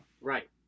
Right